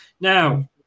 Now